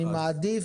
אני מעדיף,